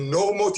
עם נורמות,